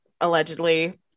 Allegedly